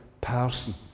person